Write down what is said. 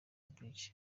brig